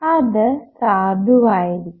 അത് സാധുവായിരിക്കും